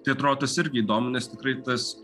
tai atro tas irgi įdomu nes tikrai tas